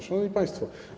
Szanowni Państwo!